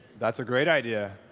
that's a great idea.